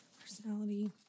Personality